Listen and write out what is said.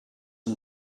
and